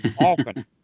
often